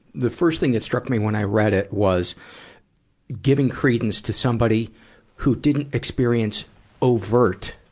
the first thing that struck me when i read it was giving credence to somebody who didn't experience overt,